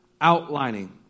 outlining